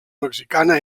mexicana